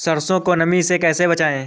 सरसो को नमी से कैसे बचाएं?